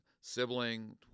sibling